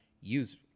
use